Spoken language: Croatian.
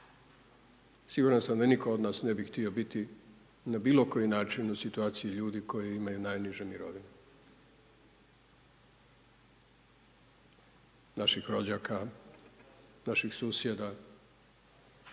Siguran sam da nitko od nas ne bi htio biti na bilo koji način u situaciji ljudi koji imaju najniže mirovine. Naših rođaka, naših susjeda,